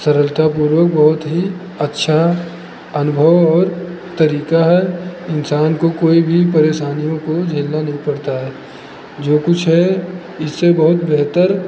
सरलतापूर्वक बहुत ही अच्छा अनुभव और तरीका है इंसान को कोई भी परेशानियों को झेलना नहीं पड़ता है जो कुछ है इससे बहुत बेहतर